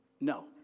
No